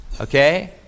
okay